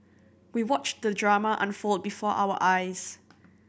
we watched the drama unfold before our eyes